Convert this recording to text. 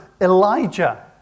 Elijah